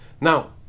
Now